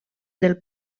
del